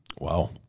Wow